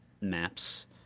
maps